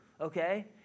okay